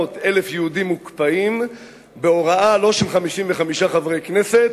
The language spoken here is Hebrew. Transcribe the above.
700,000 יהודים מוקפאים בהוראה לא של 55 חברי כנסת,